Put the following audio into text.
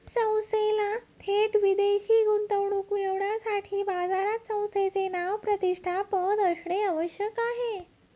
संस्थेला थेट विदेशी गुंतवणूक मिळविण्यासाठी बाजारात संस्थेचे नाव, प्रतिष्ठा, पत असणे आवश्यक आहे